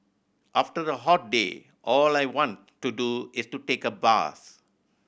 after a hot day all I want to do is to take a bath